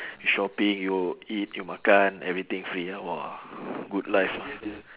you shopping you eat you makan everything free ah !wah! good life ah